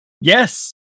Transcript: Yes